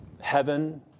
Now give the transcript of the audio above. heaven